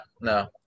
no